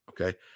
Okay